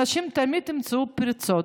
אנשים תמיד ימצאו פרצות.